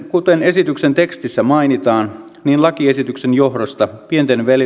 kuten esityksen tekstissä mainitaan niin lakiesityksen johdosta pienten